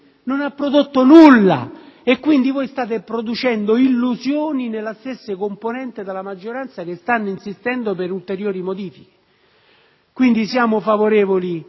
non ha prodotto nulla e quindi voi state producendo illusioni della stessa componente della maggioranza, che stanno insistendo per ulteriori modifiche. Quindi, siamo favorevoli